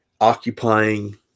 occupying